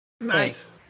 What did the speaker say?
Nice